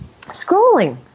scrolling